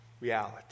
reality